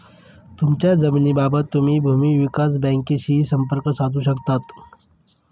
तुमच्या जमिनीबाबत तुम्ही भूमी विकास बँकेशीही संपर्क साधू शकता